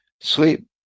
sleep